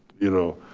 you know,